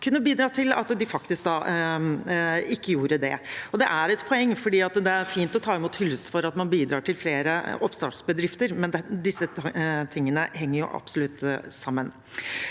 kunne bidra til at de faktisk ikke gjorde det. Det er et poeng, for det er fint å ta imot hyllest for at man bidrar til flere oppstartsbedrifter, men disse tingene henger absolutt sammen.